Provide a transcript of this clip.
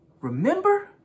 Remember